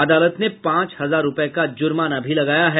अदालत ने पांच हजार रूपए का जुर्माना भी लगाया है